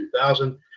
2000